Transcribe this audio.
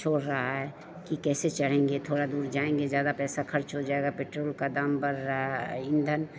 छोड़ रहा है कि कैसे चढ़ेंगे थोड़ी दूर जाएँगे ज़्यादा पैसा खर्च हो जाएगा पेट्रोल का दाम बढ़ रहा है ईंधन